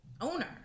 owner